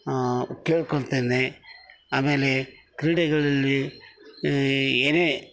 ಕೇಳಿಕೊಳ್ತೇನೆ ಆಮೇಲೆ ಕ್ರೀಡೆಗಳಲ್ಲಿ ಏನೇ